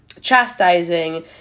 chastising